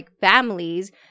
families